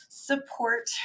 support